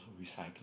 recycling